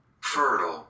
Fertile